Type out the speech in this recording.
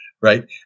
right